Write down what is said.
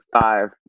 five